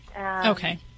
Okay